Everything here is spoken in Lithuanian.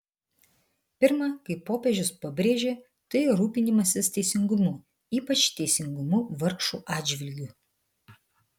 pirma kaip popiežius pabrėžė tai rūpinimasis teisingumu ypač teisingumu vargšų atžvilgiu